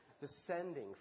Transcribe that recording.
descending